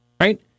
right